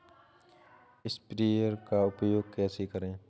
Sprayer का उपयोग कैसे करें?